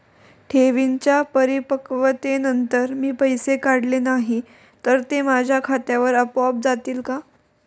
ठेवींच्या परिपक्वतेनंतर मी पैसे काढले नाही तर ते माझ्या खात्यावर आपोआप जातील का?